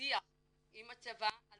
שיח עם הצבא על